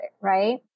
Right